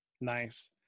nice